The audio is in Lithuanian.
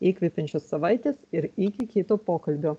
įkvepiančios savaitės ir iki kito pokalbio